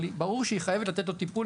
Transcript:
אבל ברור שהיא חייבת לתת לו טיפול,